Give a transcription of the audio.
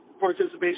participation